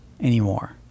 anymore